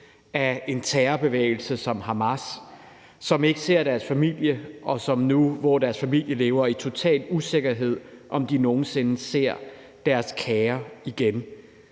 af en terrorbevægelse som Hamas, som ikke ser deres familier, og som nu, hvor deres familier lever i total usikkerhed, ikke ved, om de nogen sinde ser deres kære igen.